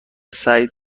سعید